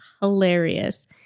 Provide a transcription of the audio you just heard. hilarious